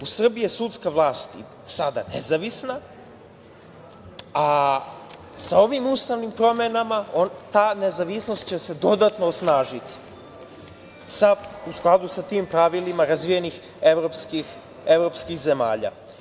U Srbiji je sudska vlast sada nezavisna, a sa ovim ustavnim promenama ta nezavisnost će se dodatno osnažiti, u skladu sa tim pravilima razvijenih evropskih zemalja.